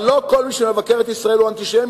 אבל לא כל מי שמבקר את ישראל הוא אנטישמי.